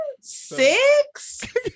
six